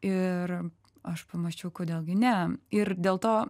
ir aš pamąsčiau kodėl gi ne ir dėl to